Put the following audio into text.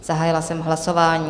Zahájila jsem hlasování.